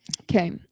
Okay